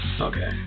Okay